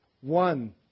one